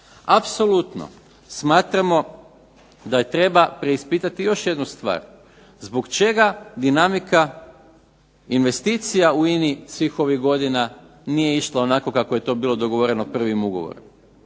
Apsolutno smatramo da treba preispitati još jednu stvar, zbog čega dinamika investicija u INA-i svih ovih godina nije išla onako kako je to bilo dogovoreno prvim ugovorom,